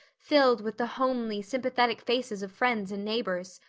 filled with the homely, sympathetic faces of friends and neighbors.